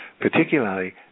particularly